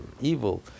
evil